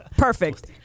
perfect